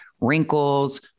wrinkles